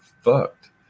fucked